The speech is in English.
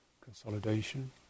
consolidation